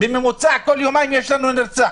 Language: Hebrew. בממוצע בכל יומיים יש לנו נרצח.